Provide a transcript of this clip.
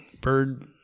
bird